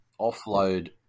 offload